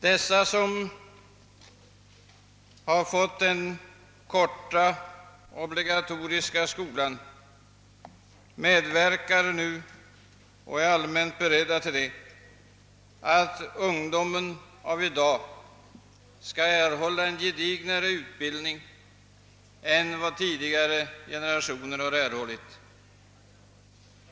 De som fått denna korta obligatoriska utbildning medverkar nu — och är allmänt beredda till det — till att dagens ungdom skall få en mera gedigen utbildning än vad tidigare generationer erhållit.